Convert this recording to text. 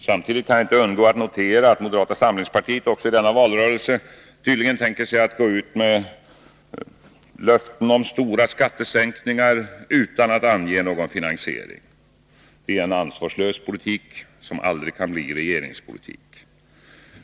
Samtidigt kan jag inte undgå att notera att moderata samlingspartiet också i denna valrörelse tydligen tänker sig att gå ut med löften om stora skattesänkningar, utan att ange någon finansiering. Det är en ansvarslös politik som aldrig kan bli regeringspolitik.